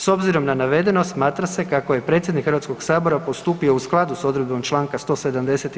S obzirom na navedeno, smatra se kako je predsjednik Hrvatskog sabora postupio u skladu s odredbom čl. 170.